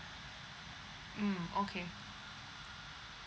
mm okay